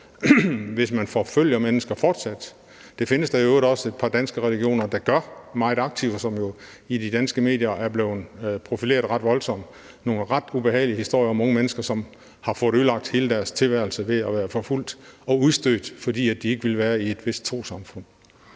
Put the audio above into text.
fortsat forfølger mennesker. Det findes der i øvrigt også et par danske trossamfund der gør meget aktivt, og det er blevet eksponeret ret voldsomt i de danske medier. Der er nogle ret ubehagelige historier om unge mennesker, som har fået ødelagt hele deres tilværelse, idet de er blevet forfulgt og udstødt, fordi de ikke ville være i et vist trossamfund.